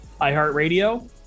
iHeartRadio